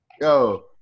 Yo